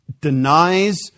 denies